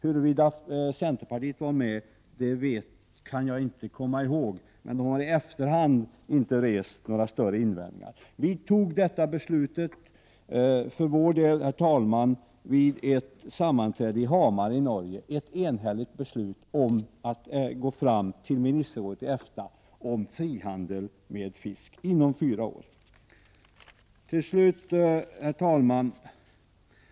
Huruvida centerpartiet var med kan jag inte komma ihåg, men centern har inte rest några större invändningar i efterhand. Vi fattade ett enhälligt beslut vid ett sammanträde i Hamar i Norge om att gå fram med förslag till ministerrådet i EFTA angående frihandel med fisk inom fyra år. Herr talman!